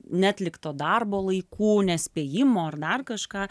neatlikto darbo laiku nespėjimo ar dar kažką